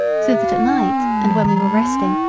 so that at night, and when we were resting,